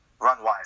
run-wise